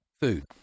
food